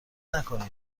نکنید